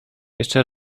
jeszcze